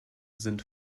sind